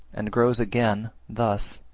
and grows again, thus,